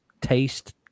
taste